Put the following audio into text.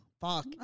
Fuck